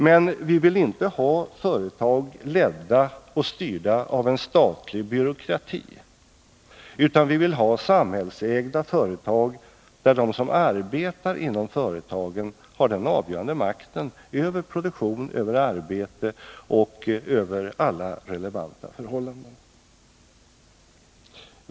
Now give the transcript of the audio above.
Men vi vill inte ha företag ledda och styrda av en statlig byråkrati, utan vi vill ha samhällsägda företag där de som arbetar inom företagen har den avgörande makten över produktion, över arbete och över alla andra relevanta förhållanden.